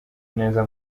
neza